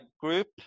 group